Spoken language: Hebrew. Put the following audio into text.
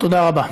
תודה רבה.